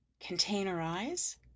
Containerize